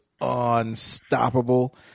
unstoppable